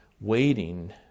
waiting